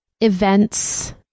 events